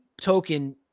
token